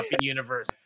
universe